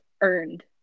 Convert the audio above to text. earned